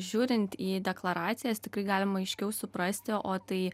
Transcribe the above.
žiūrint į deklaracijas tikrai galima aiškiau suprasti o tai